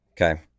okay